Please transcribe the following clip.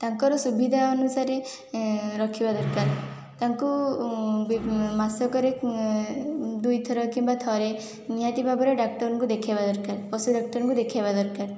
ତାଙ୍କର ସୁବିଧା ଅନୁସାରେ ରଖିବା ଦରକାର ତାଙ୍କୁ ମାସକରେ ଦୁଇଥର କିମ୍ବା ଥରେ ନିହାତି ଭାବରେ ଡାକ୍ତରଙ୍କୁ ଦେଖାଇବା ଦରକାର ପଶୁ ଡାକ୍ତରଙ୍କୁ ଦେଖାଇବା ଦରକାର